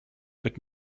but